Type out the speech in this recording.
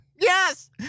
yes